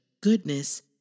goodness